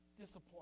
disappoint